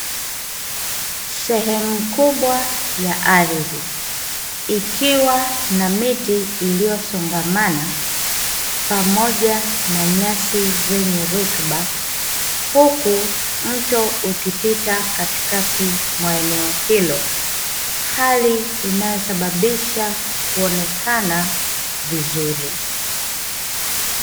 Sehemu kubwa ya ardhi, ikiwa na miti iliyosongamana, pamoja na nyasi zenye rutuba. Huku mto ukipita katikati mwa eneo hilo. Hali inayosababisha kuonekana vizuri.